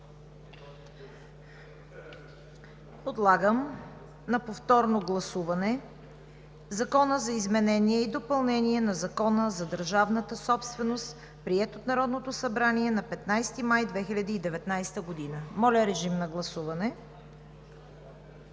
подлагам на повторно гласуване Закона за изменение и допълнение на Закона за държавната собственост, приет от Народното събрание на 15 май 2019 г. Гласували